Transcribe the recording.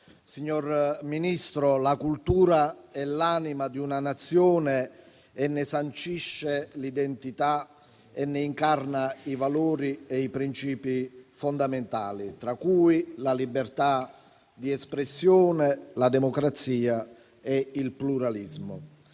- Premesso che: la cultura è l'anima di una nazione, sancisce le identità nazionali e ne incarna i valori e i principi fondamentali, tra cui la libertà di espressione, la democrazia e il pluralismo;